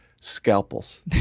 scalpels